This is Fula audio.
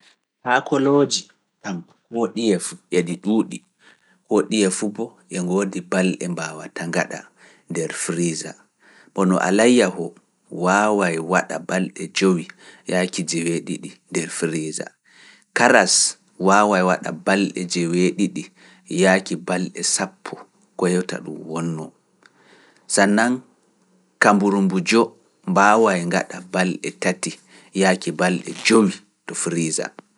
Haa kolooji, kam koo ɗiye fu, yaadi ɗuuɗi, koo ɗiye fu boo e ngoodi balɗe mbaawata ngaɗa nder Friisa, kono alayya ho, waaway waɗa balɗe jowi yaaki jeweeɗiɗi nder Friisa, karas waaway waɗa balɗe jeweeɗiɗi yaaki balɗe sappo koyota ɗum wonnoo. Sanam kamburu mbuu jo mbaawa ngaɗa bal e tati yaaki bal e jowi to Farisa.